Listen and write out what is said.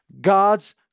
God's